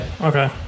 Okay